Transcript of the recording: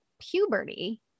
puberty